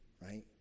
right